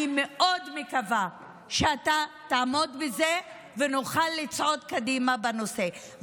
אני מאוד מקווה שתעמוד בזה ושנוכל לצעוד קדימה בנושא.